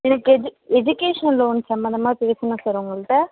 எனக்கு எஜி educational loan சம்பந்தமா பேசுணும் சார் உங்கள்கிட்ட